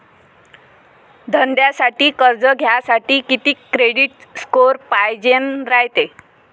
धंद्यासाठी कर्ज घ्यासाठी कितीक क्रेडिट स्कोर पायजेन रायते?